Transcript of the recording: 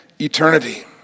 eternity